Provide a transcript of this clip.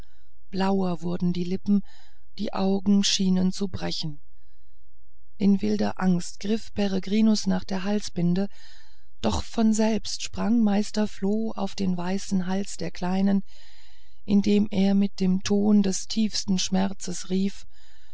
blauer wurden die lippen die augen schienen zu brechen in wilder angst griff peregrinus nach der halsbinde doch von selbst sprang meister floh auf den weißen hals der kleinen indem er mit dem ton des tiefsten schmerzes rief